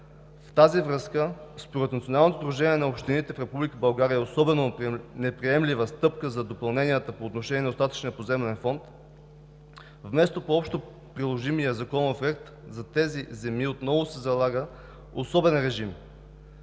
В тази връзка според Националното сдружение на общините в Република България особено неприемлива стъпка са допълненията по отношение на остатъчния поземлен фонд. Вместо по общоприложимия законов ред за тези земи отново се залага „особен режим“,